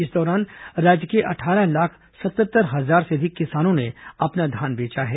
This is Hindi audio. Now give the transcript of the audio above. इस दौरान राज्य के अट्ठारह लाख सतहत्तर हजार से अधिक किसानों ने अपना धान बेचा है